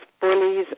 bullies